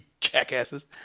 jackasses